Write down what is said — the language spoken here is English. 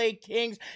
Kings